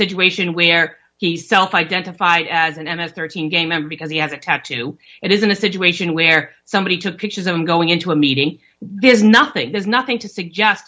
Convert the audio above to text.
situation where he self identified as an m f thirteen game and because he has a tattoo it isn't a situation where somebody took pictures i'm going into a meeting there's nothing there's nothing to suggest